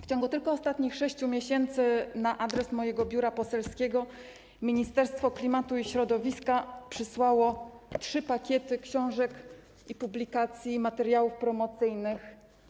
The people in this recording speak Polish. W ciągu tylko ostatnich 6 miesięcy na adres mojego biura poselskiego Ministerstwo Klimatu i Środowiska przysłało trzy pakiety książek i publikacji, materiałów promocyjnych.